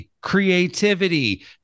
creativity